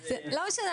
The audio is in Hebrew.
זה בסדר,